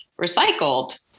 recycled